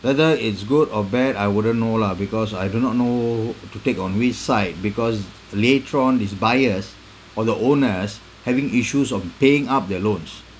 whether it's good or bad I wouldn't know lah because I do not know to take on which side because later on these buyers or the owners having issues of paying up their loans